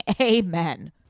Amen